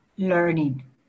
learning